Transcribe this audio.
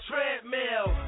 Treadmill